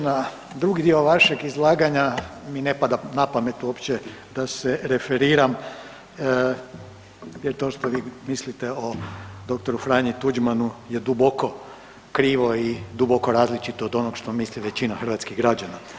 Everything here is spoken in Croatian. Na drugi dio vašeg izlaganja mi ne pada na pamet uopće da se referiram jer to što vi mislite o dr. Franji Tuđmanu je duboko krivo i duboko različito od onoga što misli većina hrvatskih građana.